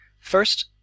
First